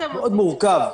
מאוד מורכב.